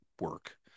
work